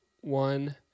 one